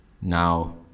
Now